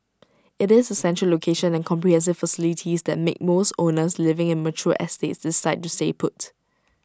IT is the central location and comprehensive facilities that make most owners living in mature estates decide to stay put